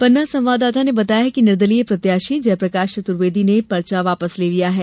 पन्ना संवाददाता ने बताया है कि निर्दलीय प्रत्याशी जयप्रकाश चतुर्वेदी ने पर्चा वापस ले लिया है